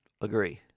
Agree